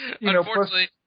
Unfortunately